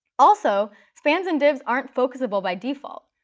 also, spans and divs aren't focusable by default.